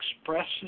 expresses